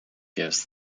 gives